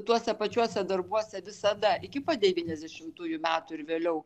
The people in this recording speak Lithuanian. tuose pačiuose darbuose visada iki pat devyniasdešimtųjų metų ir vėliau